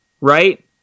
right